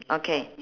okay